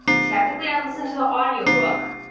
technically, i listened to the audiobook,